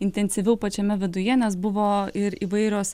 intensyviau pačiame viduje nes buvo ir įvairios